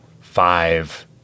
five